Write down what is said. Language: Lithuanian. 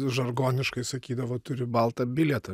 žargoniškai sakydavo turi baltą bilietą